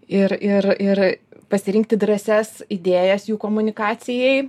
ir ir ir pasirinkti drąsias idėjas jų komunikacijai